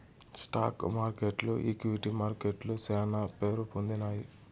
stock మార్కెట్లు equity మార్కెట్లు శానా పేరుపొందినాయి